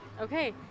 okay